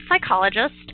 psychologist